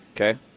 Okay